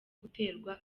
guterwa